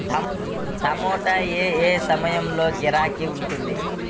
టమాటా ఏ ఏ సమయంలో గిరాకీ ఉంటుంది?